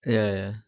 ya ya